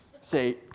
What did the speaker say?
say